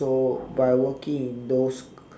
so by working in those